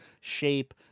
shape